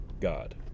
God